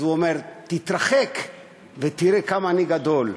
אז הוא אומר: תתרחק ותראה כמה אני גדול.